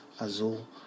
Azul